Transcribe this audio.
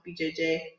BJJ